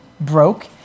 broke